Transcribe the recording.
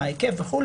מה ההיקף וכו',